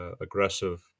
aggressive